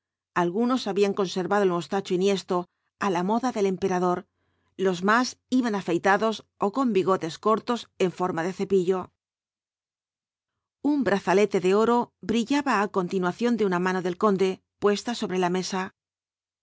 algunos habían conservado el mostacho enhiesto á la moda del emperador los más iban afeitados ó con bigotes cortos en forma de cepillo un brazalete de oro brillaba á continuación de una mano del conde puesta sobre la mesa